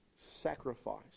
sacrifice